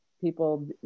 people